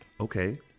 Okay